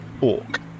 orc